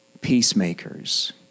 peacemakers